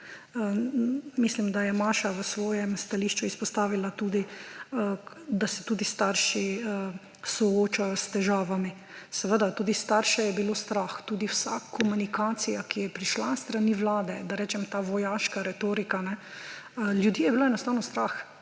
Mislim, da je Maša v svojem stališču izpostavila, da se tudi starši soočajo s težavami. Seveda tudi starše je bilo strah! Tudi vsa komunikacija, ki je prišla s strani Vlade, da rečem ta vojaška retorika, ljudje je bilo enostavno strah,